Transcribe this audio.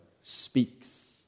speaks